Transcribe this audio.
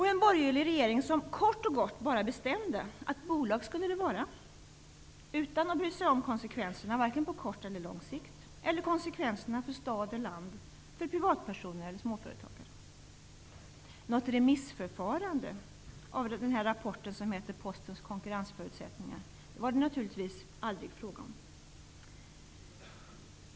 Den borgerliga regeringen kort och gott bestämde att bolag skulle det vara, utan att bry sig om konsekvenserna vare sig på kort eller lång sikt eller konsekvenserna för stad och land, för privatpersoner eller småföretagare. Något remissförfarande av rapporten Postens konkurrensförutsättningar var det naturligtvis aldrig fråga om.